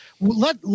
let